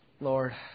Lord